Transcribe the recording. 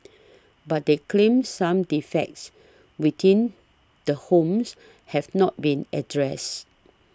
but they claimed some defects within the homes have not been addressed